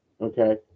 Okay